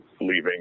leaving